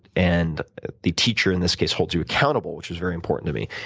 and the teacher, in this case, holds you accountable, which was very important to me.